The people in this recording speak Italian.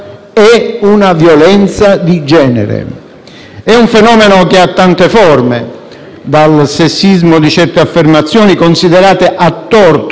È un fenomeno che ha tante forme: dal sessismo di certe affermazioni considerate a torto leggere, alle offese, alle minacce;